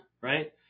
right